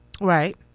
Right